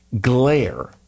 glare